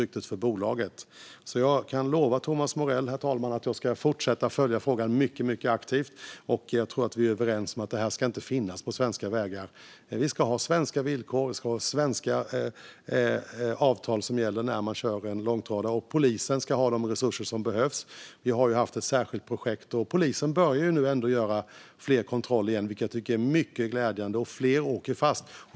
Herr talman! Jag kan lova Thomas Morell att jag ska fortsätta att följa frågan mycket aktivt. Jag tror att vi är överens om att detta inte ska finnas på svenska vägar. Vi ska ha svenska villkor. Vi ska ha svenska avtal som gäller när man kör en långtradare. Polisen ska ha de resurser som behövs. Vi har ju haft ett särskilt projekt. Polisen bör nu göra fler kontroller igen, vilket jag tycker är mycket glädjande. Fler åker fast.